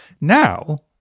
now